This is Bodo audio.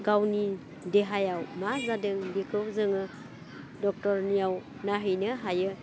गावनि देहायाव मा जादों बेखौ जोङो डक्टरनियाव नायहैनो हायो